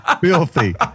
filthy